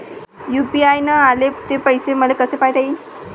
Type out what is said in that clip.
UPI न आले ते पैसे मले कसे पायता येईन?